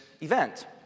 event